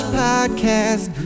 podcast